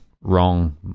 wrong